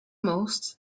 most